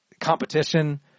competition